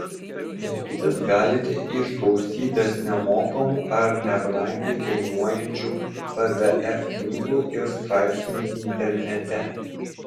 mokytis galite iš gausybės nemokamų ar nebrangiai kainuojančių pdf knygų ir straipsnių internete